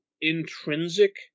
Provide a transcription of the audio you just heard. intrinsic